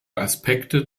aspekte